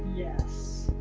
yes.